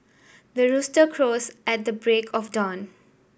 the rooster crows at the break of dawn